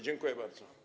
Dziękuję bardzo.